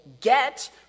get